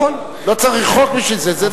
לא צריך חוק בשביל זה.